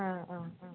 ആ ആ ആ